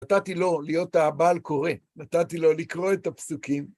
נתתי לו להיות הבעל קורא, נתתי לו לקרוא את הפסוקים.